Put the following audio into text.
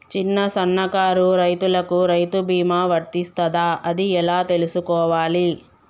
చిన్న సన్నకారు రైతులకు రైతు బీమా వర్తిస్తదా అది ఎలా తెలుసుకోవాలి?